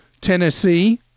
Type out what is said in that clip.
Tennessee